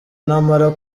namara